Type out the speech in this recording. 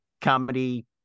comedy